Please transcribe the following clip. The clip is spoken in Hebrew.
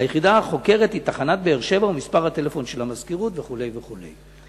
היחידה החוקרת היא תחנת באר-שבע ומספר הטלפון של המזכירות וכו' וכו'.